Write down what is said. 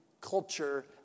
culture